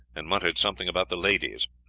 and muttered something about the ladies,